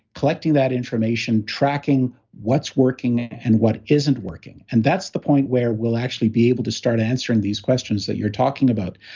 collecting that information, tracking what's working and what isn't working. and that's the point where we'll actually be able to start answering these questions that you're talking about.